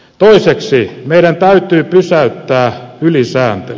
toiseksi meidän täytyy pysäyttää ylisääntely